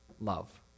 love